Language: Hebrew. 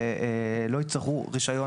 ולא יצטרכו רישיון,